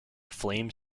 flame